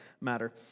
matter